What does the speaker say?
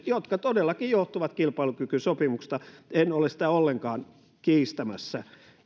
jotka todellakin johtuvat kilpailukykysopimuksesta en ole sitä ollenkaan kiistämässä